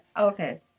Okay